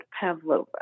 Pavlova